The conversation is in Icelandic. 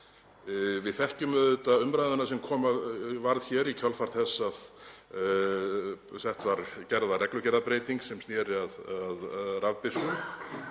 Við þekkjum auðvitað umræðuna sem varð hér í kjölfar þess að gerð var reglugerðarbreyting sem sneri að rafbyssum.